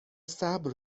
صبر